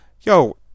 yo